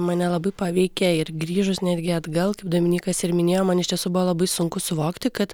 mane nelabai paveikė ir grįžus netgi atgal kaip dominykas ir minėjo man iš tiesų buvo labai sunku suvokti kad